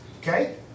okay